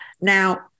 Now